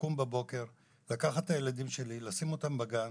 לקום בבוקר, לקחת את הילדים שלי, לשים אותם בגן.